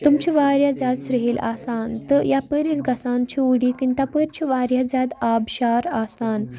تِم چھِ واریاہ زیادٕ سِرٛہِل آسان تہٕ یَپٲرۍ أسۍ گژھان چھُ اوٗڑی کِنۍ تَپٲرۍ چھِ واریاہ زیادٕ آبشار آسان